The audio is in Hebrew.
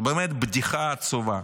זו באמת בדיחה עצובה.